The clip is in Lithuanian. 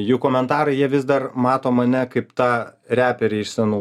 jų komentarai jie vis dar mato mane kaip tą reperį iš senų